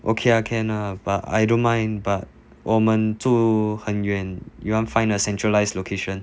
okay lah can lah but I don't mind but 我们住很远 you want find a centralised location